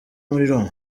muriro